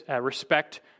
respect